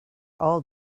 all